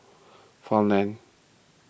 Farmland